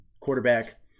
quarterback